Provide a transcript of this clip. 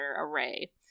array